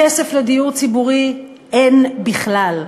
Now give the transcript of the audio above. כסף לדיור ציבורי אין בכלל.